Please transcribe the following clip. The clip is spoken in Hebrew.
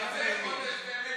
באמת